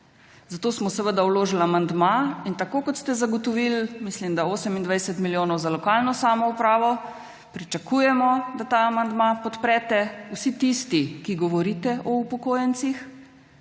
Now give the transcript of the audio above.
Zato smo vložili amandma. In tako kot ste zagotovili, mislim da 28 milijonov za lokalno samoupravo, pričakujemo, da ta amandma podprete vsi tisti, ki govorite o upokojencih,